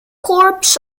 corps